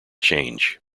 change